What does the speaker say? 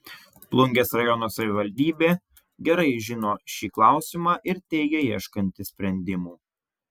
plungės rajono savivaldybė gerai žino šį klausimą ir teigia ieškanti sprendimų